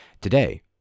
Today